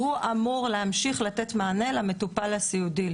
הוא אמור להמשיך לתת מענה למטופל הסיעודי,